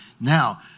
Now